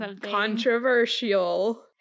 controversial